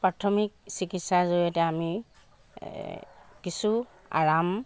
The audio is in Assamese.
প্ৰাথমিক চিকিৎসাৰ জৰিয়তে আমি কিছু আৰাম